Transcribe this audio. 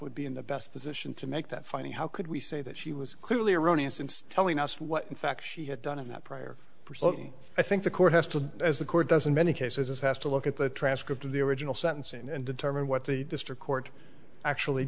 would be in the best position to make that funny how could we say that she was clearly erroneous and telling us what in fact she had done in that prior for so i think the court has to as the court doesn't many cases has to look at the transcript of the original sentence and determine what the district court actually